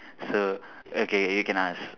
so okay you can ask